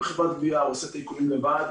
חברת גבייה הוא עושה את העיקולים לבד,